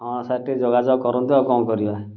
ହଁ ସାର୍ ଟିକେ ଯୋଗାଯୋଗ କରନ୍ତୁ ଆଉ କ'ଣ କରିବା